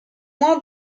moins